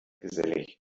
gesellig